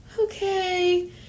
Okay